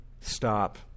Stop